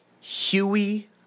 Huey